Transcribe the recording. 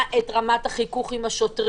זה ימנע את רמת החיכוך עם השוטרים,